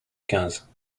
quinze